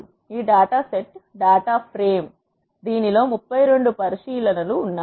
ఈ data set అనేది data frame దీనిలో 32 పరిశీలనలు ఉన్నాయి